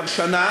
כבר שנה,